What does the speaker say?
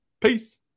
Peace